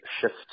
shift